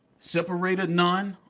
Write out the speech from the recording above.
separator, none.